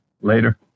Later